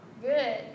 Good